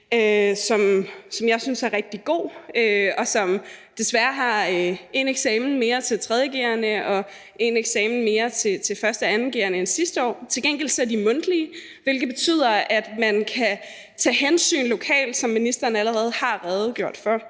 som jeg synes er rigtig god. Den har desværre én eksamen mere til 3. g'erne og én eksamen mere til 1. og 2. g'erne end sidste år. Til gengæld er de mundtlige, hvilket betyder, at man kan tage hensyn lokalt, som ministeren allerede har redegjort for.